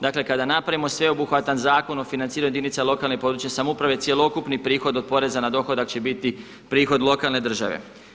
Dakle, kada napravimo sveobuhvatan Zakon o financiranju jedinica lokalne i područne samouprave, cjelokupni prihod od poreza na dohodak će biti prihod lokalne države.